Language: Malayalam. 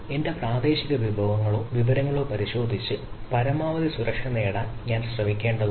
എന്റെ പ്രാദേശിക വിഭവങ്ങളോ പ്രാദേശിക വിവരങ്ങളോ പരിശോധിച്ച് പരമാവധി സുരക്ഷ നേടാൻ ഞാൻ ശ്രമിക്കേണ്ടതുണ്ട്